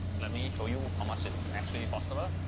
let me show you how much is actually possible.